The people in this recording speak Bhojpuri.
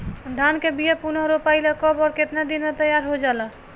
धान के बिया पुनः रोपाई ला कब और केतना दिन में तैयार होजाला?